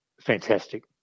fantastic